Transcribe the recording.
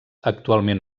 actualment